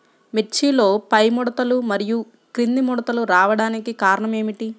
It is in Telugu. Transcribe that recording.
మిర్చిలో పైముడతలు మరియు క్రింది ముడతలు రావడానికి కారణం ఏమిటి?